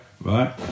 Right